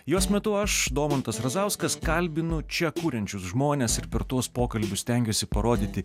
jos metu aš domantas razauskas kalbinu čia kuriančius žmones ir per tuos pokalbius stengiuosi parodyti